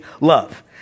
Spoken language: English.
love